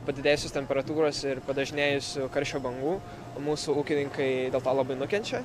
padidėjusios temperatūros ir padažnėjusių karščio bangų mūsų ūkininkai dėl to labai nukenčia